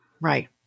Right